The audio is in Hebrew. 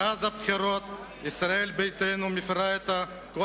מאז הבחירות ישראל ביתנו מפירה את כל